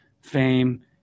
fame